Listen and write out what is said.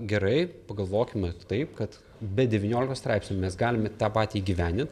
gerai pagalvokim vat taip kad be devyniolikos straipsnių mes galime tą patį įgyvendint